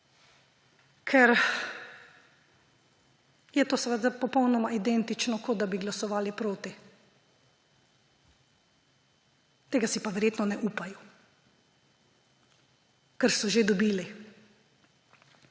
ker je to popolnoma identično, kot da bi glasovali proti. Tega si pa verjetno ne upajo, ker so že dobili